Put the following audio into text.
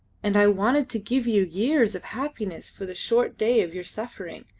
and i wanted to give you years of happiness for the short day of your suffering.